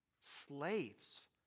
slaves